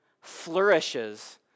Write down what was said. flourishes